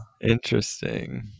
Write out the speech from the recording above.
Interesting